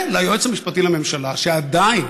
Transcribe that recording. וליועץ המשפטי לממשלה, שעדיין